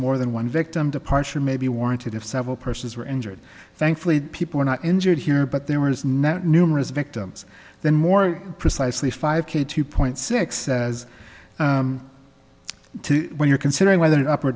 more than one victim departure may be warranted if several persons were injured thankfully people are not injured here but there is not numerous victims then more precisely five k two point six as when you're considering whether